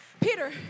Peter